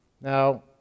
Now